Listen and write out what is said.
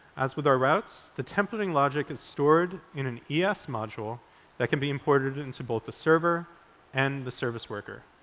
as with our routes, the templating logic is stored in an es module that can be imported into both the server and the service worker.